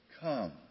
Come